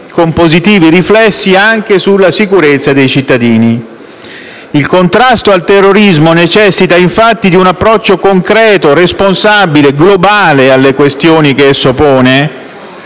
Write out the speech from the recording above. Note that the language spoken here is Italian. con positivi riflessi anche sulla sicurezza dei cittadini. Il contrasto al terrorismo necessita, infatti, di un approccio concreto, responsabile e globale alle questioni che esso pone